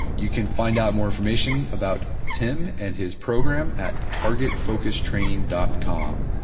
you can find out more information about tim and his program at targetfocustraining dot com